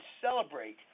celebrate